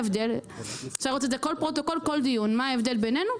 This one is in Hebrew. אפשר לראות בכל פרוטוקול ובכל דיון מה ההבדל בינינו?